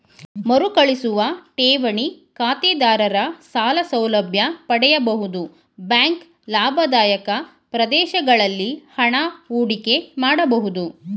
ಮರುಕಳಿಸುವ ಠೇವಣಿ ಖಾತೆದಾರರ ಸಾಲ ಸೌಲಭ್ಯ ಪಡೆಯಬಹುದು ಬ್ಯಾಂಕ್ ಲಾಭದಾಯಕ ಪ್ರದೇಶಗಳಲ್ಲಿ ಹಣ ಹೂಡಿಕೆ ಮಾಡಬಹುದು